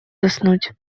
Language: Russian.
заснуть